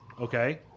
Okay